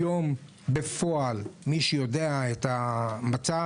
היום, בפועל, מי שיודע את המצב,